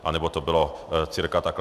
Anebo to bylo cca takhle.